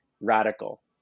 radical